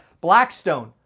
Blackstone